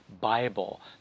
Bible